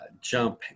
jump